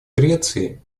греции